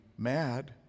mad